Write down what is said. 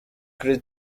kuri